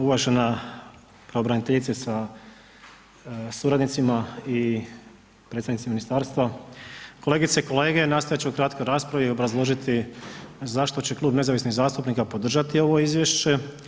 Uvažena pravobraniteljice sa suradnicima i predstavnici ministarstva, kolegice i kolege nastojat ću u kratkoj raspravi obrazložiti zašto će Klub nezavisnih zastupnika podržati ovo izvješće.